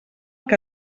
que